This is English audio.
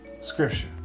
Scripture